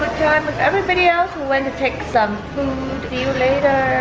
everybody else went to take some food, see you later!